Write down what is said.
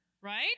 right